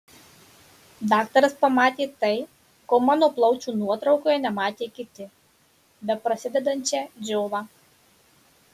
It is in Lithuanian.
daktaras pamatė tai ko mano plaučių nuotraukoje nematė kiti beprasidedančią džiovą